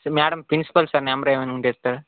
madam principal sir number ఏమైనా ఉంటే ఇస్తారా